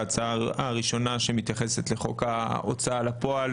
ההצעה הראשונה שמתייחסת לחוק ההוצאה לפועל,